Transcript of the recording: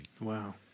Wow